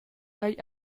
agl